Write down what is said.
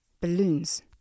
balloons